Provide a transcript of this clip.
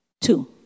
Two